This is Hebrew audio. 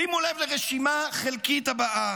שימו לב לרשימה החלקית הבאה: